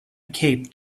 cape